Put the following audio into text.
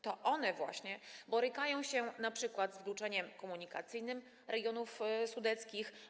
To one właśnie borykają się np. z wykluczeniem komunikacyjnym regionów sudeckich.